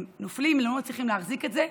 הם נופלים ולא מצליחים להחזיק את זה,